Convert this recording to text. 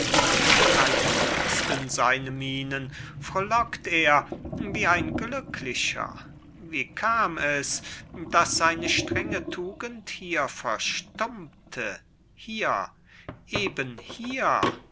da jauchzten seine mienen frohlockt er wie ein glücklicher wie kam es daß seine strenge tugend hier verstummte hier eben hier